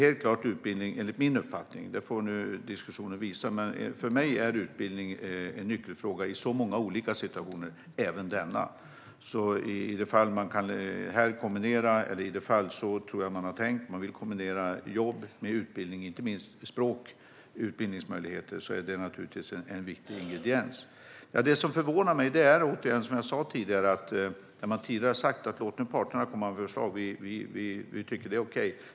Enligt min uppfattning - och det får diskussionen visa - är utbildning en nyckelfråga i så många olika situationer, även i denna. I de fall som man vill kombinera jobb med utbildning, inte minst språkutbildning, är det naturligtvis en viktig ingrediens. Det som förvånar mig är återigen det som jag sa tidigare. Man sa tidigare att det var okej att parterna skulle få komma med förslag.